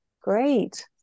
Great